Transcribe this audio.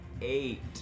eight